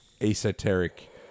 esoteric